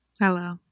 Hello